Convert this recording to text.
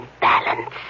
balance